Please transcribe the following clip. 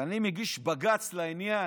אני מגיש בג"ץ בעניין,